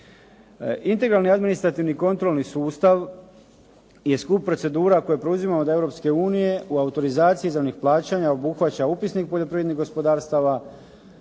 Integralni administrativni kontrolni sustav je skup procedura koje preuzimamo od Europske unije u autorizaciji izravnih plaćanja obuhvaća upisnik poljoprivrednih gospodarstava,